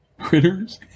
critters